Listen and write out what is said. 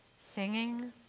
singing